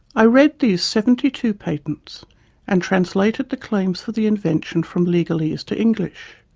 i read these seventy two patents and translated the claims for the invention from legalese to english.